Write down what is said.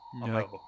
No